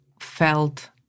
felt